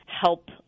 help